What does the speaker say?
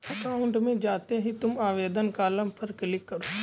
account में जाते ही तुम आवेदन कॉलम पर क्लिक करो